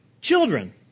children